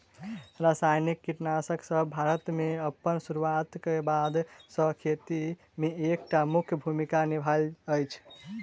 रासायनिक कीटनासकसब भारत मे अप्पन सुरुआत क बाद सँ खेती मे एक टा मुख्य भूमिका निभायल अछि